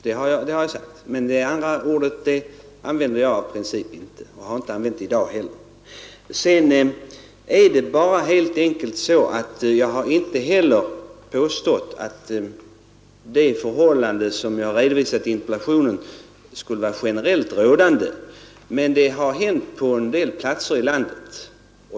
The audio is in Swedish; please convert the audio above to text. Inte heller har jag påstått att fall sådana som det som jag har redovisat i interpellationen är generellt förekommande, men de har förekommit på en del platser i landet.